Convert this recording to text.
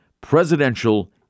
presidential